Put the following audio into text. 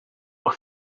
were